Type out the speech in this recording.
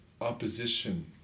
opposition